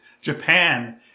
Japan